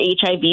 HIV